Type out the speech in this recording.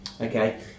Okay